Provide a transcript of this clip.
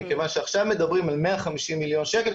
מכיוון שעכשיו מדברים על 150 מיליון שקל,